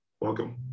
Welcome